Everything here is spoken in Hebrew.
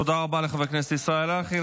תודה רבה לחבר הכנסת ישראל אייכלר.